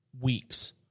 weeks